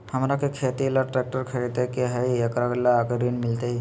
हमरा के खेती ला ट्रैक्टर खरीदे के हई, एकरा ला ऋण मिलतई?